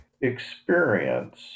experience